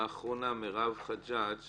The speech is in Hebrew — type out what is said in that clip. האחרונה, מירב חג'אג',